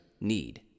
need